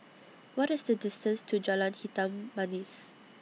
What IS The distance to Jalan Hitam Manis